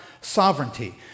sovereignty